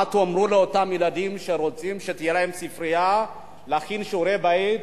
מה תאמרו לאותם ילדים שרוצים שתהיה להם ספרייה להכין שיעורי-בית?